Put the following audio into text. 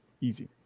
easy